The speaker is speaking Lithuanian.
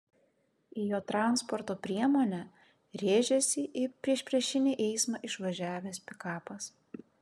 į jo transporto priemonę rėžėsi į priešpriešinį eismą išvažiavęs pikapas